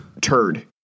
turd